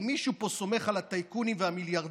אם מישהו פה סומך על הטייקונים והמיליארדרים,